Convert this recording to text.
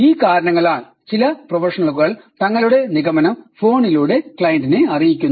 ഈ കാരണങ്ങളാൽ ചില പ്രൊഫഷണലുകൾ തങ്ങളുടെ നിഗമനം ഫോണിലൂടെ ക്ലയന്റിനെ അറിയിക്കുന്നു